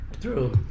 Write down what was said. True